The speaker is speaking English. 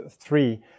three